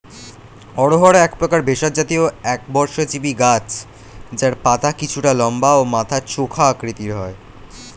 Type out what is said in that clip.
অড়হর একপ্রকার ভেষজ জাতীয় একবর্ষজীবি গাছ যার পাতা কিছুটা লম্বা ও মাথা চোখা আকৃতির হয়